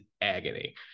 agony